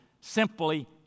simply